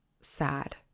sad